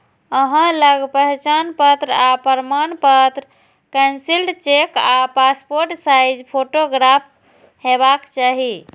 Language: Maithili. अहां लग पहचान आ पता प्रमाणपत्र, कैंसिल्ड चेक आ पासपोर्ट साइज फोटोग्राफ हेबाक चाही